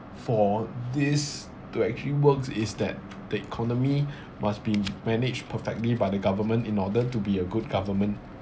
for this to actually works is that the economy must be managed perfectly by the government in order to be a good government